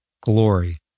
glory